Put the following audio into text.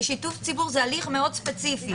כי שיתוף ציבור זה הליך מאוד ספציפי.